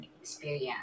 experience